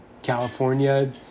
California